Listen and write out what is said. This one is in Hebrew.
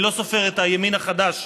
אני לא סופר את הימין החדש,